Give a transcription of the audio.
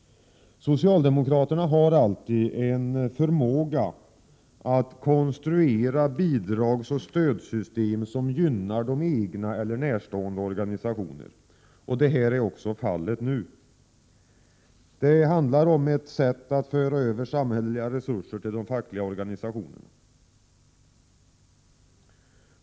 Socialdemokraterna har alltid en förmåga att konstruera bidragsoch stödsystem som gynnar egna eller närstående organisationer. Detta är fallet också nu. Det handlar om ett sätt att föra över samhälleliga resurser till de fackliga organisationerna.